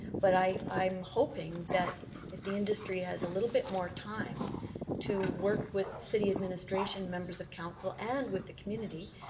but i'm hoping that if the industry has a little bit more time to work with city administration, members of council and with the community,